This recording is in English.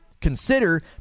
Consider